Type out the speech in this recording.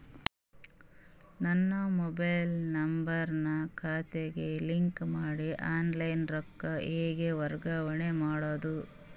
ನನ್ನ mobile number ನನ್ನ ಖಾತೆಗೆ ಲಿಂಕ್ ಮಾಡಿ ಆನ್ಲೈನ್ ರೊಕ್ಕ ಹೆಂಗ ವರ್ಗಾವಣೆ ಮಾಡೋದು?